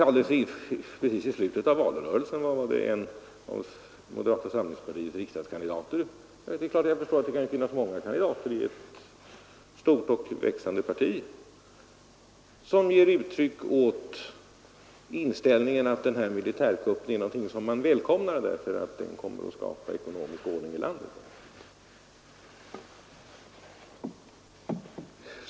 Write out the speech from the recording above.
Alldeles i slutet av valrörelsen var det en av moderata samlingspartiets riksdagskandidater — jag förstår att det kan finnas många kandidater i ett stort och växande parti — som välkomnade militärkuppen därför att den skulle komma att skapa ekonomisk ordning i landet.